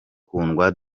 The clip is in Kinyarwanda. kundwa